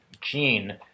gene